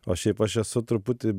o šiaip aš esu truputį